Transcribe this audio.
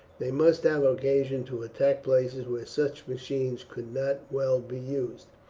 they must have occasion to attack places where such machines could not well be used.